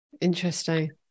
Interesting